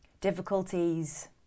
difficulties